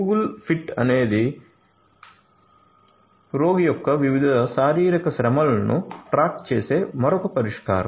Google Fit అనేది యొక్క వివిధ రోగి శారీరక శ్రమలను ట్రాక్ చేసే మరొక పరిష్కారం